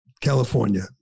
California